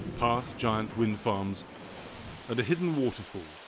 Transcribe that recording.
pass giant wind farms and a hidden waterfall.